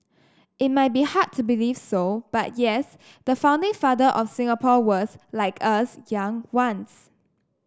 it might be hard to believe so but yes the founding father of Singapore was like us young once